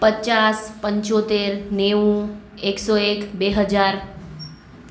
પચાસ પંચોતેર નેવું એકસો એક બે હજાર